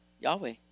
Yahweh